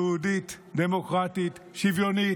אנחנו מדינה יהודית, דמוקרטית, שוויונית,